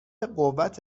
قوت